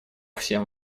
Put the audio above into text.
всем